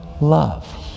love